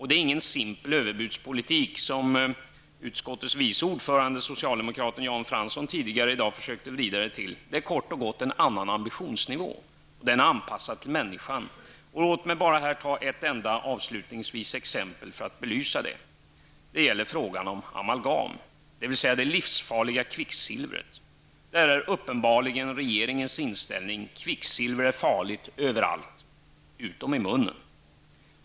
Det är ingen simpel överbudspolitik, som utskottets vice ordförande socialdemokraten Jan Fransson tidigare i dag försökte vrida det till. Det är kort och gott en annan ambitionsnivå, och den är anpassad till människan. Låt mig avslutningsvis bara ge ett enda exempel för att belysa detta. Det gäller från om amalgam, dvs. det livsfarliga kvicksilvret. Där är uppenbarligen regeringens inställning: kvicksilver är farligt överallt -- utom i munnen.